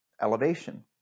elevation